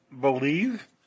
believe